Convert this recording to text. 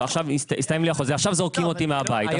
עכשיו זורקים אותי מהבית,